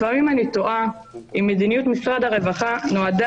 לפעמים אני תוהה אם מדיניות משרד הרווחה נועדה